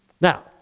Now